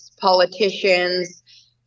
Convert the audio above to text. politicians